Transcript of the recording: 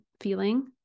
feeling